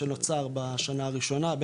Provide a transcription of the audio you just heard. שנוצר בשנה הראשונה,